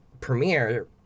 premiere